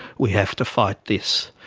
we have to fight this.